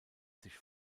sich